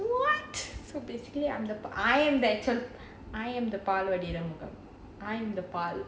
what so basically I am the பால்வாடி:paalvaadi I am the balwadi